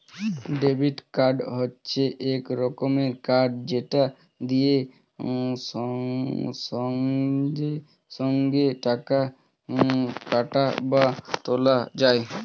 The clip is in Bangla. ডেবিট কার্ড হচ্ছে এক রকমের কার্ড যেটা দিয়ে সঙ্গে সঙ্গে টাকা কাটা বা তোলা যায়